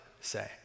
say